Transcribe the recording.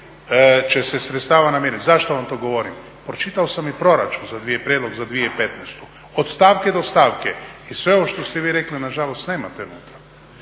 će se sredstava namiriti. Zašto vam to govorim? Pročitao sam i proračun i prijedlog za 2015. od stavke do stavke i sve ovo što ste vi rekli nažalost nemate unutra.